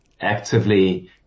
actively